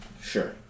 Sure